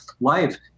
life